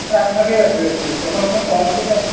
ওটা আপনাকে ওই ওই যখন ওখানে কমপ্লেন অফ